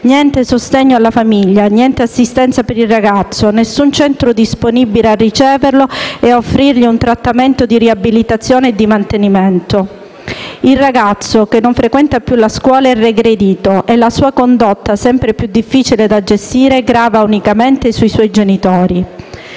Niente sostegno alla famiglia, niente assistenza per il ragazzo, nessun centro disponibile a riceverlo e a offrirgli un trattamento di riabilitazione e di mantenimento. Il ragazzo, che non frequenta più la scuola, è regredito e la sua condotta, sempre più difficile da gestire, grava unicamente sui suoi genitori.